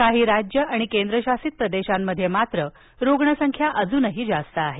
काही राज्य आणि केंद्रशासित प्रदेशांमध्ये मात्र रुग्ण संख्या अजूनही जास्त आहे